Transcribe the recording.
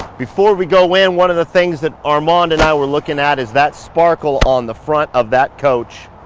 before we go in one of the things that armand and i were looking at is that sparkle on the front of that coach.